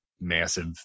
massive